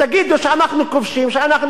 סך הכול, אני קראתי את הדוח הזה.